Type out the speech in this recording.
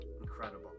Incredible